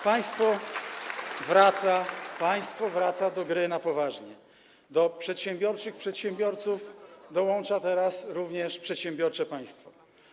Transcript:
Państwo wraca do gry na poważnie - do przedsiębiorczych przedsiębiorców dołącza teraz również przedsiębiorcze państwo.